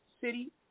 city